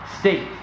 state